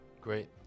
Great